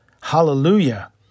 Hallelujah